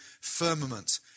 firmament